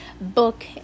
book